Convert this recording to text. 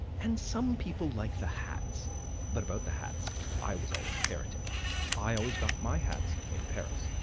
and some people like the hats but about the hats i was always a heretic i always got my hats in paris.